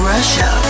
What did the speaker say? Russia